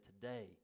today